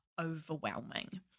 overwhelming